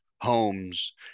homes